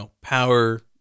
power